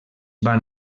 van